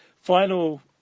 final